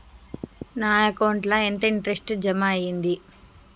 నా అకౌంట్ ల ఎంత ఇంట్రెస్ట్ జమ అయ్యింది?